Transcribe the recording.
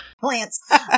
plants